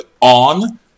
on